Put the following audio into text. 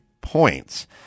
points